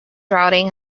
routing